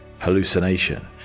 hallucination